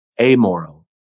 amoral